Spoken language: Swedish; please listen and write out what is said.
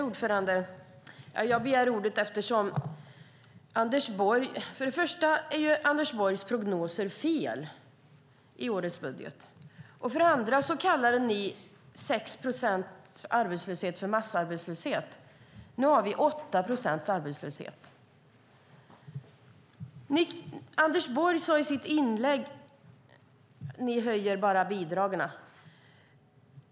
Herr talman! För det första är Anders Borgs prognoser i årets budget är fel. För det andra kallade ni 6 procents arbetslöshet för massarbetslöshet. Nu har vi 8 procents arbetslöshet. Anders Borg sade i sitt inlägg att vi bara höjer bidragen.